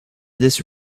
this